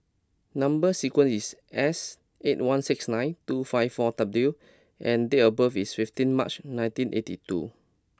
number sequence is S eight one six nine two five four W and date of birth is fifteen March nineteen eighty two